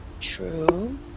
True